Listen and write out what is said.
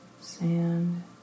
sand